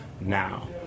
now